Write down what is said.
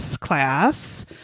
class